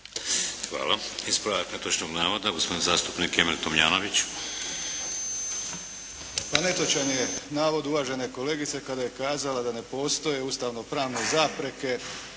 Hvala. Ispravak netočnog navoda, gospodin zastupnik Emil Tomljanović. **Tomljanović, Emil (HDZ)** Pa netočan je navod uvažene kolegice kada je kazala da ne postoje ustavnopravne zapreke